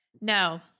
No